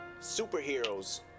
superheroes